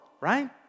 right